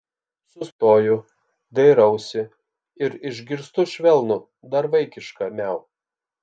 sustoju dairausi ir išgirstu švelnų dar vaikišką miau